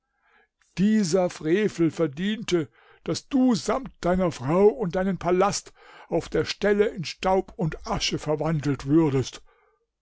dieser frevel verdiente daß du samt deiner frau und deinem palast auf der stelle in staub und asche verwandelt würdest